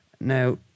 Now